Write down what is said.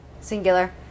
singular